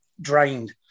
drained